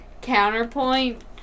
counterpoint